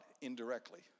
indirectly